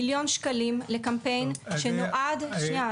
מיליון שקלים לקמפיין שנועד --- סליחה,